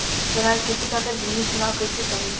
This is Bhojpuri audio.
चना के खेती खातिर भूमी चुनाव कईसे करी?